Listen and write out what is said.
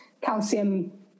calcium